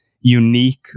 unique